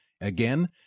Again